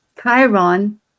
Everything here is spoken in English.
Chiron